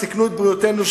סיכנו את בריאותנו,